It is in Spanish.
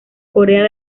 corea